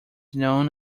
known